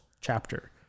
chapter